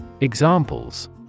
Examples